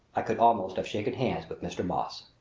i could almost have shaken hands with mr. moss!